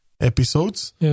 episodes